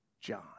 John